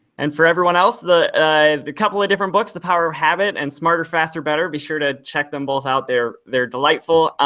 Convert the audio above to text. and for everyone else, the the couple of different books, the power of habit and smarter faster better, be sure to check them both out, they're they're delightful,